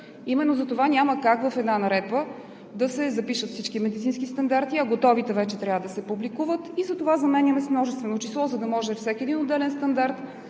Именно затова няма как в една наредба да се запишат всички медицински стандарти, а готовите вече трябва да се публикуват и затова заменяме с множествено число, за да може всеки отделен стандарт